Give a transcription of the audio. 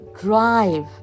drive